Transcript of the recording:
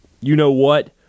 you-know-what